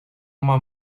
uma